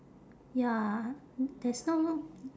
ya there's no